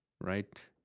right